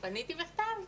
פניתי בכתב,